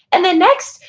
and then next,